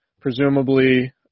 Presumably